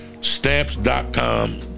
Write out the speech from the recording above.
Stamps.com